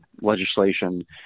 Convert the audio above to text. legislation